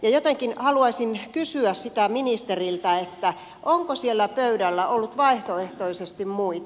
jotenkin haluaisin kysyä ministeriltä sitä onko siellä pöydällä ollut vaihtoehtoisesti muita